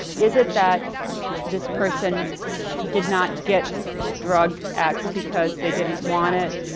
is it that this person did not get drug x because they didn't want it,